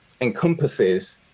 encompasses